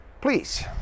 Please